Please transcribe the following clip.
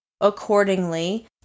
Accordingly